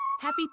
happy